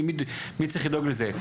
מי צריך לדאוג לזה?